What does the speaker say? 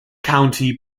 county